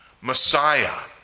Messiah